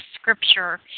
scripture